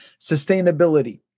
sustainability